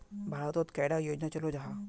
भारत तोत कैडा योजना चलो जाहा?